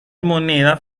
monedas